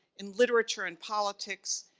in literature and politics,